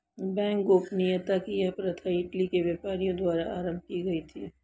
bank गोपनीयता की यह प्रथा इटली के व्यापारियों द्वारा आरम्भ की गयी थी